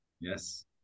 Yes